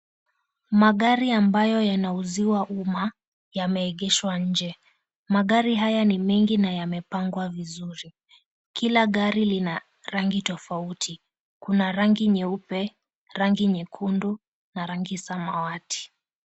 Magari ambayo yanauziwa umma yameegeshwa nje. Magari haya ni mengi na yamepangwa vizuri, kila gari lina rangi tofauti. Kuna rangi nyeupe, rangi nyekundu na rangi samawati.